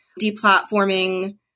deplatforming